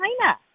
China